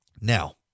Now